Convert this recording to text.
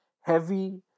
heavy